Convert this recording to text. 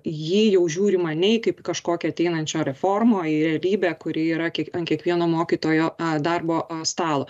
į jį jau žiūrima ne į kaip į kažkokią ateinančią reformą o į realybę kuri yra ant kiekvieno mokytojo darbo stalo